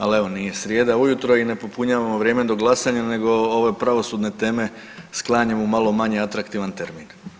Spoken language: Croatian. Al evo nije, srijeda ujutro i ne popunjavamo vrijeme do glasanja nego ove pravosudne teme sklanjamo u malo manje atraktivan termin.